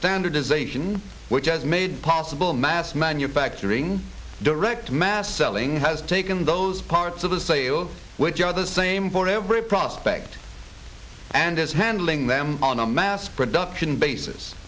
standardization which has made possible mass manufacturing direct mass selling has taken those parts of the sales which are the same for every prospect and is handling them on a mass production basis